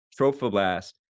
trophoblast